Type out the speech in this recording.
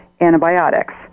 antibiotics